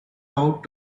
out